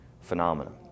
phenomenon